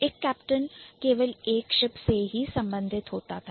एक Captain केवल एक Ship शब्द से ही संबंधित होता था